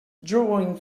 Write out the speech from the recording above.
drawing